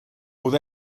oedd